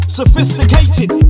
sophisticated